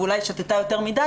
ואולי היא שתתה יותר מדי,